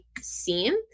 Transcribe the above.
seem